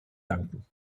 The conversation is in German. danken